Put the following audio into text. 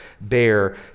bear